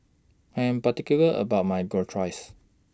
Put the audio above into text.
I Am particular about My Gyros